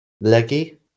leggy